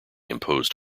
imposed